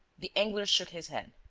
the angler shook his head.